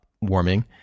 warming